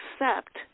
accept